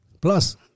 plus